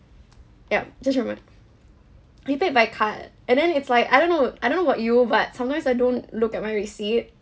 ya just a moment he paid by card and then it's like I don't know I don't know about you but sometimes I don't look at my receipt